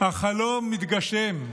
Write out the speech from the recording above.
החלום מתגשם.